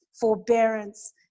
forbearance